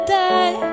die